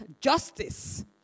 justice